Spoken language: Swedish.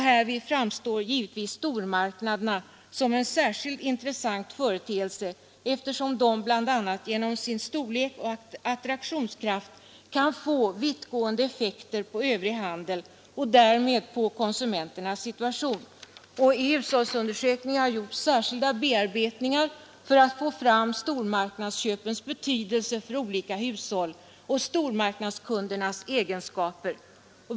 Härvid framstår givetvis stormarknaderna som en särskilt intressant företeelse eftersom de bl.a. genom sin storlek och attraktionskraft kan få vittgående effekter på övrig handel och därmed på konsumenternas situation. I hushållsundersökningen har särskilda bearbetningar gjorts för att få fram stormarknadsköpens betydelse för olika hushåll och stormarknadskundernas egenskaper.